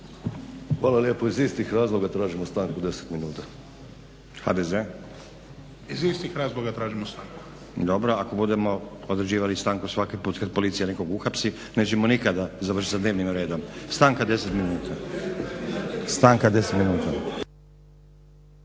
Ivan (HDZ)** Iz istih razloga tražimo stanku. **Stazić, Nenad (SDP)** Dobro. Ako budemo određivali stanku svaki put kad Policija nekog uhapsi nećemo nikada završiti sa dnevnim redom. Stanka 10 minuta. **Stazić, Nenad